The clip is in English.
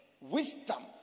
wisdom